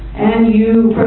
and you